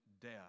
death